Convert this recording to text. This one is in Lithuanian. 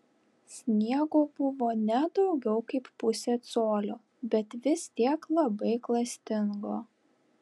sniego buvo ne daugiau kaip pusė colio bet vis tiek labai klastingo